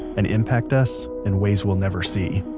and impact us in ways we'll never see.